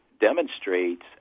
demonstrates